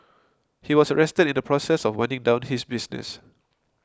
he was arrested in the process of winding down his business